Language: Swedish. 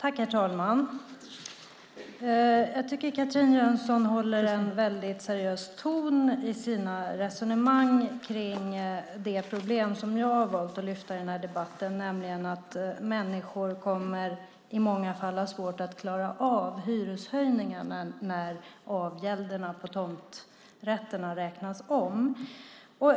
Herr talman! Christine Jönsson håller en mycket seriös ton i sina resonemang om det problem som jag har valt att lyfta upp i debatten, nämligen att människor i många fall kommer att ha svårt att klara av hyreshöjningen när avgälderna på tomträtterna räknas om.